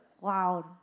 wow